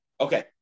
Okay